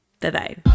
Bye-bye